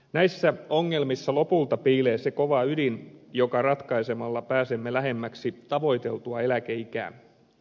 näissä ongelmissa lopulta piilee se kova ydin jonka ratkaisemalla pääsemme lähemmäksi tavoiteltua eläkeikää